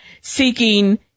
seeking